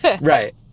Right